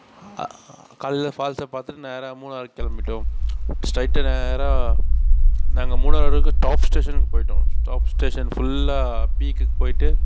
காலையில் ஃபால்ஸை பார்த்துட்டு நேராக மூணாறுக் கிளம்பிட்டோம் ஸ்ட்ரெய்டாக நேராக நாங்கள் மூணாறுக்கு டாப் ஸ்டேஷன்க்கு போயிட்டோம் டாப் ஸ்டேஷன் ஃபுல்லாக பீக்குக்கு போயிட்டு